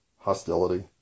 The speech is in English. Hostility